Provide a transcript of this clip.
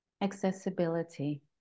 Accessibility